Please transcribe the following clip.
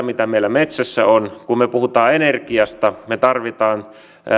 mitä meillä metsässä on me puhumme energiasta ja me tarvitsemme